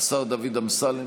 השר דוד אמסלם,